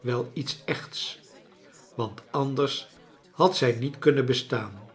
wel iets echts want anders had zij niet kunnen bestaan